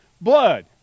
blood